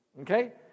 okay